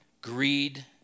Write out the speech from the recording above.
greed